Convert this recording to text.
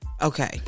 Okay